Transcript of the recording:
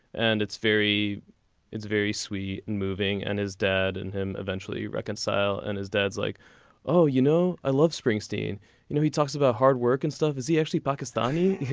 and it's very it's very sweet moving and his dad and him eventually reconcile and his dad's like oh you know i love springsteen you know he talks about hard work and stuff is he actually pakistani